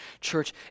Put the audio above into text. Church